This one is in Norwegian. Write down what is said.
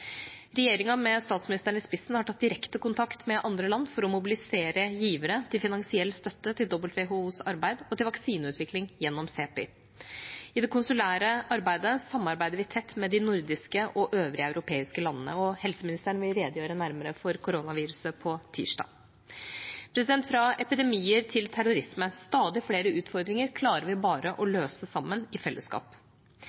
Regjeringa, med statsministeren i spissen, har tatt direkte kontakt med andre land for å mobilisere givere til finansiell støtte til WHOs arbeid og til vaksineutvikling gjennom CEPI. I det konsulære arbeidet samarbeider vi tett med de nordiske og de øvrige europeiske landene. Helseministeren vil redegjøre nærmere om koronaviruset på tirsdag. Fra epidemier til terrorisme: Stadig flere utfordringer klarer vi bare å